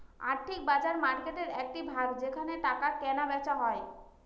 আর্থিক বাজার মার্কেটের একটি ভাগ যেখানে টাকা কেনা বেচা হয়